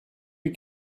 you